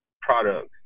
products